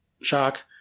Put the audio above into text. Shock